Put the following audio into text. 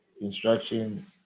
instruction